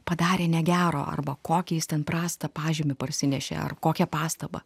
padarė negero arba kokiais ten prastą pažymį parsinešė ar kokią pastabą